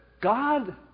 God